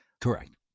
Correct